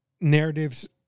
Narratives